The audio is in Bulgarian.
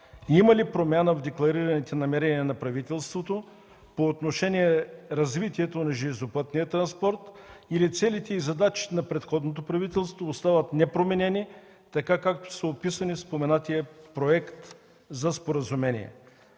има ли промяна в декларираните намерения на правителството по отношение развитието на железопътния транспорт или целите и задачите на предходното правителство остават непроменени, както са описани в споменатия проект за споразумение?